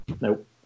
nope